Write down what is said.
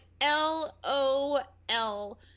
L-O-L